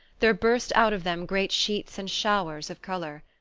there burst out of them great sheets and showers of colour.